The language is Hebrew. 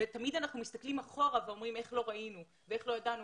תמיד אנחנו מסתכלים אחורה ואומרים איך לא ראינו ואיך לא ידענו.